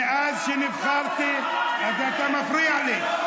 מאז שנבחרתי, אתה מפריע לי.